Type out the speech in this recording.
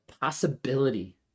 possibility